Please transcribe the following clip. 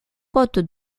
côte